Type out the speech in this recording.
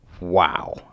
wow